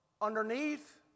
underneath